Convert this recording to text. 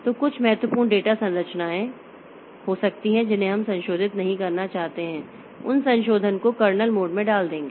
तो कुछ महत्वपूर्ण डेटा संरचनाएं हो सकती हैं जिन्हें हम संशोधित नहीं करना चाहते हैं उन संशोधन को कर्नेल मोड में डाल देंगे